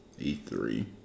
E3